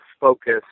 focus